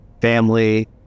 family